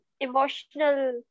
emotional